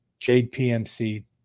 jadepmc